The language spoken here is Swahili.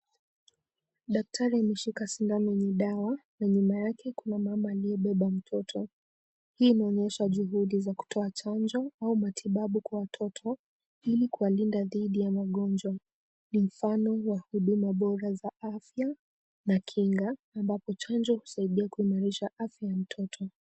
Daktari ameshika sindano yenye dawa na nyuma yake kuna mama aliyebeba mtoto. Hii inaonyesha juhudi za kutoa chanjo au matibabu kwa watoto ili kuwalinda dhidi ya magonjwa ni mfano wa huduma bora za afya na kinga ambapo chanjo husaidia kuimarisha afya ya mtoto.